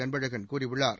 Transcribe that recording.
அன்பழகன் கூறியுள்ளார்